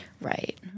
Right